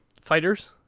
fighters